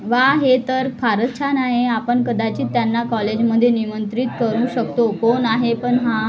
वा हे तर फारच छान आहे आपण कदाचित त्यांना कॉलेजमध्ये निमंत्रित करू शकतो कोण आहे पण हां